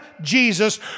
Jesus